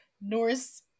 Norse